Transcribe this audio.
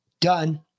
Done